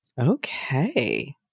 Okay